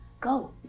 Go